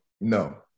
no